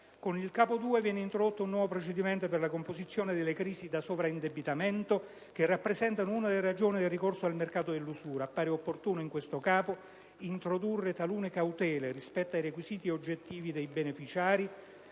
Con il Capo II viene introdotto un nuovo procedimento per la composizione delle crisi da sovraindebitamento, che rappresentano una delle ragioni del ricorso al mercato dell'usura. Appare opportuno in questo Capo introdurre alcune cautele rispetto ai requisiti oggettivi dei beneficiari,